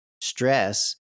stress